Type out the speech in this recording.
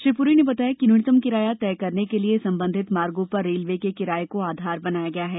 श्री पुरी ने बताया कि न्यूनतम किराया तय करने के लिए संबंधित मार्गो पर रेलवे के किराये को आधार बनाया गया है